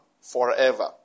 forever